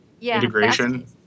integration